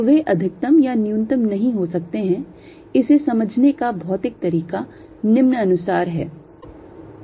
तो वे अधिकतम या न्यूनतम नहीं हो सकते हैं इसे समझने का भौतिक तरीका निम्नानुसार है